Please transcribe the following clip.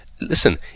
Listen